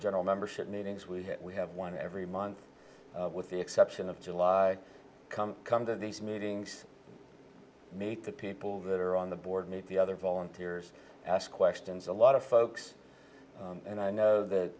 general membership meetings we have we have one every month with the exception of july come come to these meetings meet the people that are on the board and the other volunteers ask questions a lot of folks and i know that